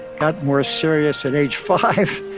got more serious at age five,